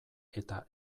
eta